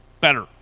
Better